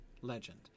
legend